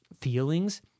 feelings